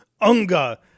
UNGA